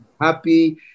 happy